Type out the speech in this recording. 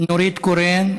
נורית קורן,